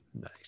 Nice